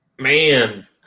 Man